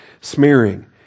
Smearing